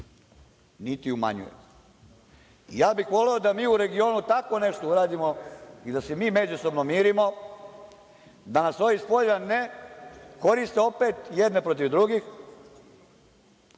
niti umanjuje. Voleo bih da mi u regionu tako nešto uradimo i da se mi međusobno mirimo, da nas ovi spolja ne koriste opet jedne protiv drugih,